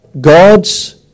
God's